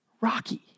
rocky